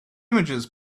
images